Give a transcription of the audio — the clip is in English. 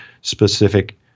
specific